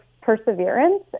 perseverance